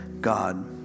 God